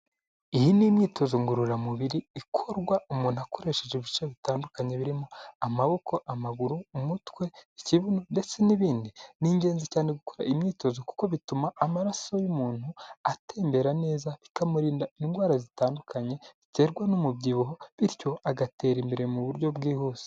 Iyi ni imyitozo ngororamubiri ikorwa umuntu akoresheje ibice bitandukanye birimo amaboko, amaguru, umutwe, ikibuno ndetse n'ibindi. Ni ingenzi cyane gukora imyitozo kuko bituma amaraso y'umuntu atembera neza bikamurinda indwara zitandukanye ziterwa n'umubyibuho bityo agatera imbere mu buryo bwihuse.